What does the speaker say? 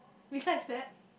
beside that